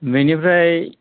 बेनिफ्राय